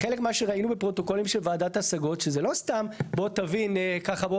חלק מה שראינו בפרוטוקולים של ועדת השגות שזה לא סתם בוא תבין ככה,